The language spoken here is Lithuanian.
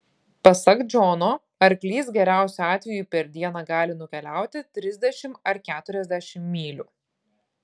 pasak džono arklys geriausiu atveju per dieną gali nukeliauti trisdešimt ar keturiasdešimt mylių